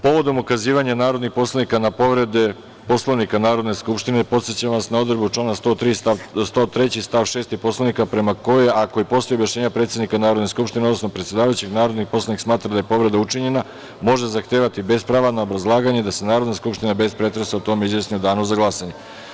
Povodom ukazivanja narodnih poslanika na povrede Poslovnika Narodne skupštine, podsećam vas na odredbu člana 103. stav 6. Poslovnika, prema kojoj, ako i posle objašnjenja predsednika Narodne skupštine, odnosno predsedavajućeg, narodni poslanik smatra da je povreda učinjena, može zahtevati, bez prava na obrazlaganje, da se Narodna skupština, bez pretresa, o tome izjasni u danu za glasanje.